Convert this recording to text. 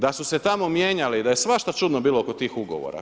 Da su se tamo mijenjali, da je svašta čudno bilo oko tih ugovora.